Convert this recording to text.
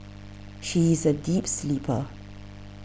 she is a deep sleeper